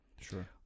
Sure